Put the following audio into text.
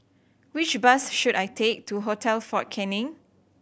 which bus should I take to Hotel Fort Canning